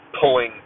pulling